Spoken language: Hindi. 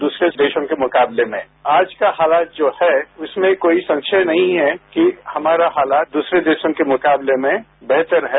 दूसरे देशों के मुकाबले में आज का हालात जो है उसमें कोई संशय नहीं है कि हमारा हालात दूसरे देशों के मुकाबले में बेहतर है